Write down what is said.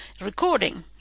recording